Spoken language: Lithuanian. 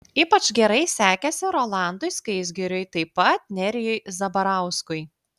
ypač gerai sekėsi rolandui skaisgiriui taip pat nerijui zabarauskui